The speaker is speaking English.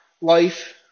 life